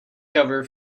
cover